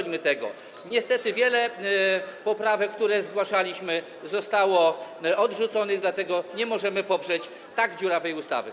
Niestety wiele poprawek, które zgłaszaliśmy, zostało odrzuconych, dlatego nie możemy poprzeć tak dziurawej ustawy.